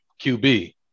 QB